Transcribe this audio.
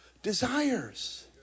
desires